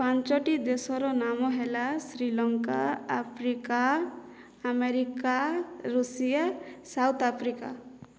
ପାଞ୍ଚଟି ଦେଶର ନାମ ହେଲା Sri Lanka Africa America Russia south Africa